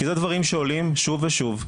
כי אלה דברים שעולים שוב ושוב.